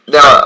Now